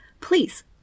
please